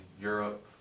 Europe